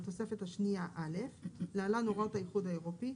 בתוספת השנייה א' (להלן הוראות האיחוד האירופי),